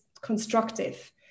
constructive